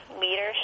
leadership